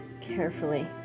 carefully